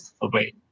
away